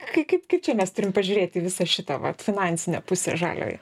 kai kaip kaip čia mes turim pažiūrėt į visą šitą va finansinę pusę žaliąją